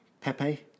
Pepe